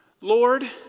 Lord